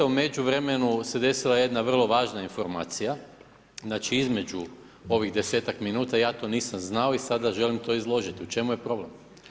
U međuvremenu se desila jedna vrlo važna situacija, znači između ovih 10-ak minuta, ja to nisam znao i sada želim to izložiti, u čemu je problem?